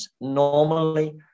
normally